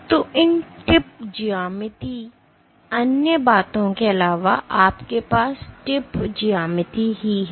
तो इन टिप ज्यामिति अन्य बातों के अलावा आप के पास टिप ज्यामिति ही है